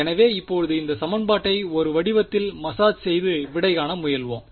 எனவே இப்போது இந்த சமன்பாட்டை ஒரு வடிவத்தில் மசாஜ் செய்து விடை காண முயல்வோம்